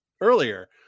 earlier